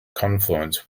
confluence